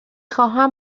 خواهم